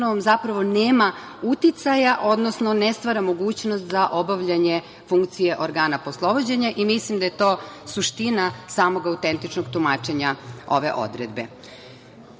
zapravo nema uticaja, odnosno ne stvara mogućnost za obavljanje funkcije organa poslovođenja. Mislim da je to suština samog autentičnog tumačenja ove odredbe. Odbor